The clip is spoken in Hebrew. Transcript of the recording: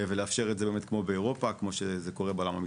ולאפשר את זה כמו באירופה; כמו שזה קורה בעולם המתקדם.